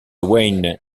wayne